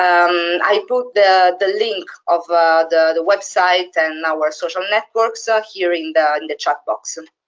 um i put the the link of the website and our social networks ah here in the and the chat box. and